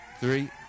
Three